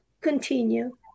continue